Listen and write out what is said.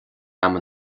agam